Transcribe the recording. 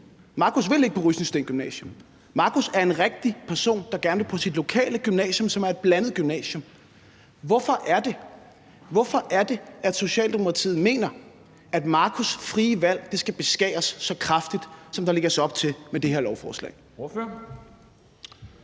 Marcus vil ikke på Rysensteen Gymnasium; Marcus er en rigtig person, der gerne vil på sit lokale gymnasium, som er et blandet gymnasium. Hvorfor er det, at Socialdemokratiet mener, at Marcus' frie valg skal beskæres så kraftigt, som der lægges op til med det her lovforslag?